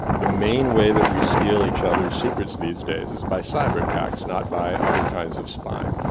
the main way that we steal each other's secrets these days is by cyber attacks, not by other kinds of spying.